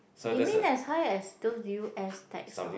you mean as high as those u_s tax or